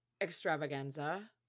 extravaganza